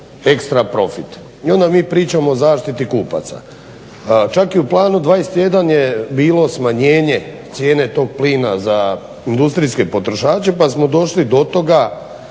ekstra profit. I onda mi pričamo o zaštiti kupaca. Čak i u Planu 21 je bilo smanjenje cijene tog plina za industrijske potrošače pa smo došli do toga